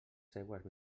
seues